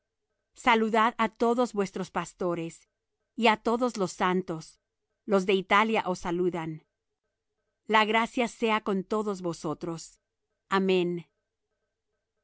saludad á todos vuestros pastores y á todos los santos los de italia os saludan la gracia sea con todos vosotros amén